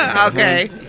Okay